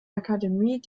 akademie